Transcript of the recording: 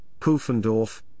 Pufendorf